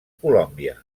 colòmbia